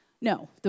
No